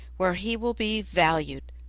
where he will be valued.